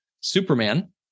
Superman